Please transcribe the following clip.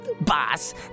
boss